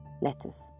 letters